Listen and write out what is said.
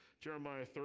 Jeremiah